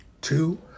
Two